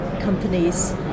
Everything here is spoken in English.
companies